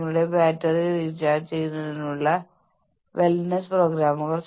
നിങ്ങളുടെ കണ്ണുകൾ അടയ്ക്കുക ആഴത്തിലുള്ള ശ്വാസം എടുക്കുക